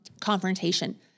confrontation